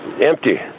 empty